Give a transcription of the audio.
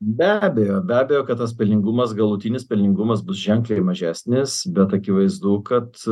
be abejo be abejo kad tas pelningumas galutinis pelningumas bus ženkliai mažesnis bet akivaizdu kad